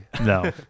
No